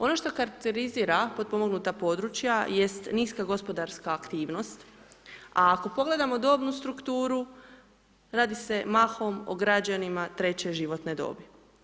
Ono što karakterizira potpomognuta područja jest niska gospodarska aktivnost, a ako pogledamo dobnu strukturu radi se mahom o građanima treće životne dobi.